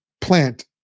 plant